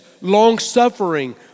long-suffering